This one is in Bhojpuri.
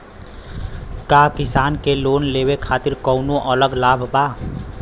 का किसान के लोन लेवे खातिर कौनो अलग लाभ बा?